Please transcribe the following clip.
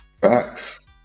Facts